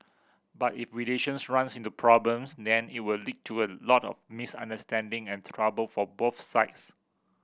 but if relations runs into problems then it will lead to a lot of misunderstanding and trouble for both sides